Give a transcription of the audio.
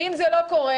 אם זה לא קורה,